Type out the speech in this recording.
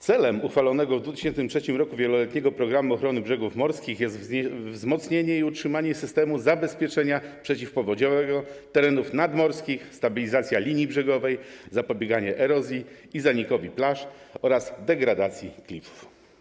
Celem uchwalonego w 2003 r. wieloletniego „Programu ochrony brzegów morskich” jest wzmocnienie i utrzymanie systemu zabezpieczenia przeciwpowodziowego terenów nadmorskich, stabilizacja linii brzegowej, zapobieganie erozji i zanikowi plaż oraz degradacji klifów.